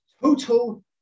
total